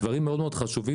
דברים מאוד מאוד חשובים.